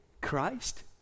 Christ